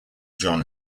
john